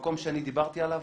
למקום שאני דיברתי עליו.